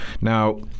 Now-